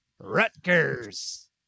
Rutgers